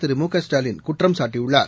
திரு மு க ஸ்டாலின் குற்றம்சாட்டியுள்ளார்